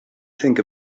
think